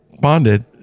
Bonded